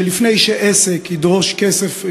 שלפני שעסק ידרוש כסף,